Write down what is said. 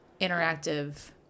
interactive